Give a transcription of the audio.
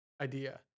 idea